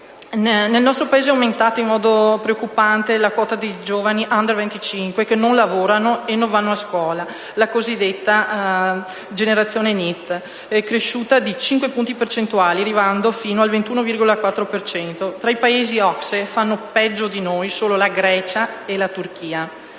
nel nostro Paese è aumentata in modo preoccupante la quota di giovani *under* 25 che non lavorano e non vanno a scuola, la così detta generazione NEET, cresciuta di 5 punti percentuali arrivando fino al 21,4 per cento. Tra i Paesi OCSE, fanno peggio di noi solo la Grecia e la Turchia.